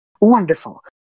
Wonderful